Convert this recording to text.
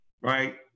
right